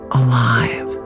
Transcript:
alive